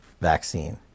vaccine